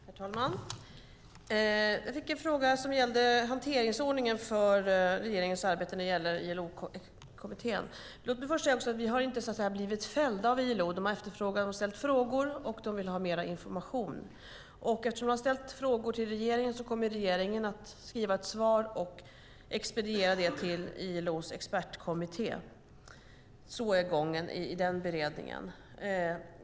Herr talman! Jag fick en fråga som gällde hanteringsordningen för regeringens arbete när det gäller ILO-kommittén. Låt mig först säga att vi inte har blivit fällda av ILO. De har ställt frågor, och de vill ha mer information. Eftersom de har ställt frågor till regeringen kommer regeringen att skriva ett svar och expediera det till ILO:s expertkommitté. Så är gången i den beredningen.